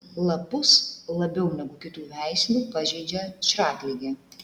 lapus labiau negu kitų veislių pažeidžia šratligė